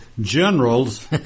generals